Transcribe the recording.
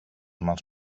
mals